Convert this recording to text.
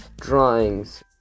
drawings